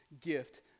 gift